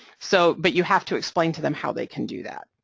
so but you have to explain to them how they can do that.